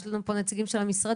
יש לנו פה מצוקה של המשרדים,